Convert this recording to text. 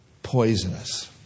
Poisonous